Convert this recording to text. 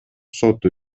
соту